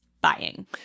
buying